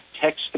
text